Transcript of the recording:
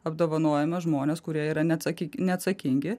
apdovanojame žmones kurie yra neatsaki neatsakingi